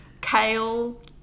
kale